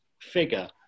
figure